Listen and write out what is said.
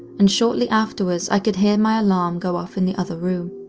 and shortly afterwards i could hear my alarm go off in the other room.